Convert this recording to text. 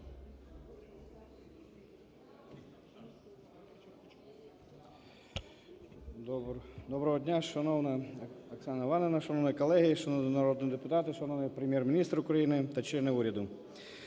Доброго дня, шановна Оксано Іванівно, шановні колеги, шановні народні депутати, шановний Прем'єр-міністр України та члени уряду!